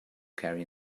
carry